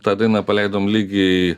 tą dainą paleidom lygiai